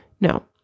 No